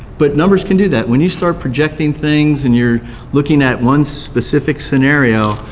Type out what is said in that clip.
but numbers can do that. when you start projecting things and you're looking at one specific scenario,